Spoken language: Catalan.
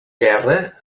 guerra